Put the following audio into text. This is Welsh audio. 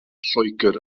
lloegr